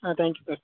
thank you sir